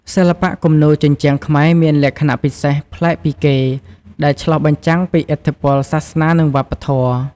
សិល្បៈគំនូរជញ្ជាំងខ្មែរមានលក្ខណៈពិសេសប្លែកពីគេ ដែលឆ្លុះបញ្ចាំងពីឥទ្ធិពលសាសនា និងវប្បធម៌។